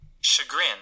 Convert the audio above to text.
Chagrin